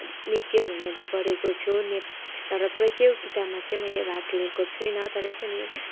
नृत्यहरू मैले गरेको छु निप तर प्रतियोगितामा चाहिँ मैले भाग लिएको छुइनँ तरै पनि